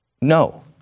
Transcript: No